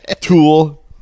tool